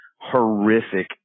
horrific